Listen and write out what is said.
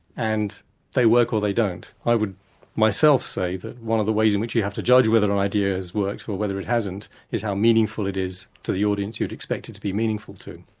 and they work or they don't. i would myself say that one of the ways in which you have to judge whether an idea works or whether it hasn't, is how meaningful it is to the audience you'd expect it to be meaningful to.